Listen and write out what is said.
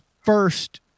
first